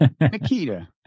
nikita